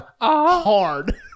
hard